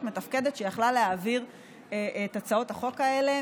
מתפקדת שיכלה להעביר את הצעות החוק האלה,